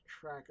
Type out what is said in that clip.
track